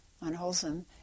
unwholesome